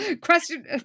Question